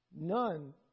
None